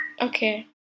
Okay